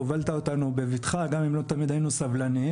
הובלת אותנו בבטחה, גם אם לא תמיד היינו סבלניים.